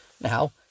now